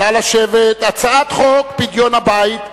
הצעת חוק פדיון הבית,